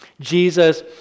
Jesus